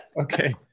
Okay